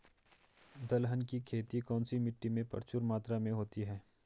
दलहन की खेती कौन सी मिट्टी में प्रचुर मात्रा में होती है?